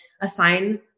assign